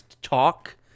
talk